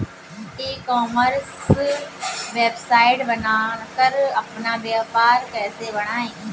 ई commerce website बनाकर अपना व्यापार कैसे बढ़ाएँ?